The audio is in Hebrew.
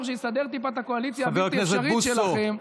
שיסדר טיפה את הקואליציה הבלתי-אפשרית שלכם.